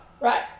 Right